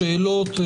שאלות,